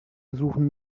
besuchen